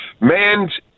Man's